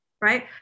right